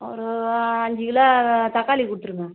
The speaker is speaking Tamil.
ஒரு அஞ்சு கிலோ தக்காளி கொடுத்துருங்க